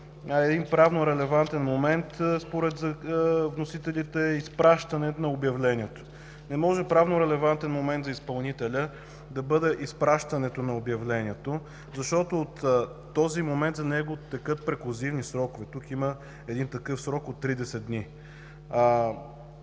един правнорелевантен момент според вносителите – изпращането на обявлението. Не може правнорелевантен момент за изпълнителя да бъде изпращането на обявлението, защото от този момент за него текат преклузивни срокове. Тук има такъв срок от 30 дни.